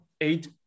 eight